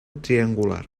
triangular